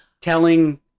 telling